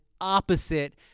opposite